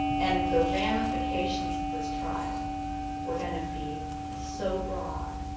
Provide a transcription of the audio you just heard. and the ramifications of this trial will gonna be so broad,